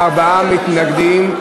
ארבעה מתנגדים,